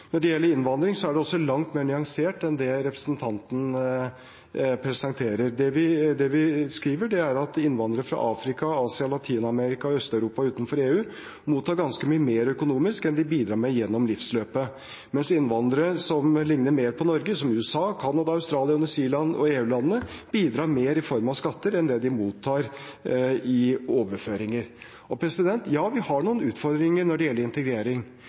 Når det gjelder innvandring, er det langt mer nyansert enn det representanten presenterer. Det vi skriver, er at innvandrere fra Afrika, Asia, Latin-Amerika og Øst-Europa utenfor EU mottar ganske mye mer økonomisk enn de bidrar med gjennom livsløpet, mens innvandrere fra land som ligner mer på Norge, som USA, Canada, Australia, New Zealand og EU-landene bidrar mer i form av skatter enn det de mottar i overføringer. Ja, vi har noen utfordringer når det gjelder integrering,